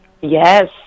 yes